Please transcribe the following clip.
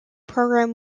program